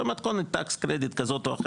במתוכנת נקודות זיכוי מס.